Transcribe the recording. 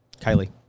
Kylie